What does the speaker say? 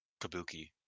Kabuki